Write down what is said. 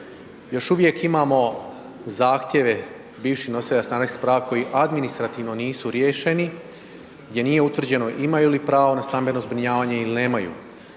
Još uvijek imamo zahtjeve bivših nositelja stanarskih prava koji administrativno nisu riješeni, gdje nije utvrđeno imaju li pravo na stambeno zbrinjavanje ili nemaju.